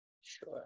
Sure